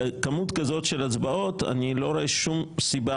בכמות כזאת של הצבעות אני לא רואה שום סיבה